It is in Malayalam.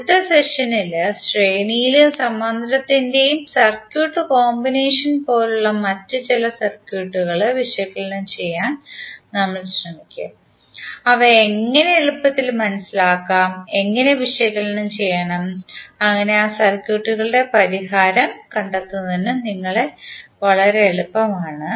അടുത്ത സെഷനിൽ ശ്രെയണിയിലും സമാന്തരത്തിന്റെയും സർക്യൂട്ട് കോമ്പിനേഷൻ പോലെയുള്ള മറ്റ് ചില സർക്യൂട്ടുകൾ വിശകലനം ചെയ്യാൻ നമ്മൾ ശ്രമിക്കും അവ എങ്ങനെ എളുപ്പത്തിൽ മനസിലാക്കാം എങ്ങനെ വിശകലനം ചെയ്യണം അങ്ങനെ ആ സർക്യൂട്ടുകളുടെ പരിഹാരം കണ്ടെത്തുന്നത് നിങ്ങൾക്ക് വളരെ എളുപ്പമാണ്